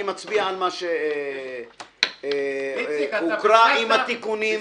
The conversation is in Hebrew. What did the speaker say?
אני מצביע על מה שהוקרא עם התיקונים.